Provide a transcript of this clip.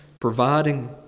providing